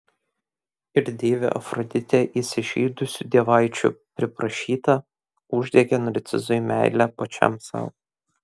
ir deivė afroditė įsižeidusių dievaičių priprašyta uždegė narcizui meilę pačiam sau